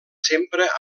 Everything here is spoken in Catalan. sempre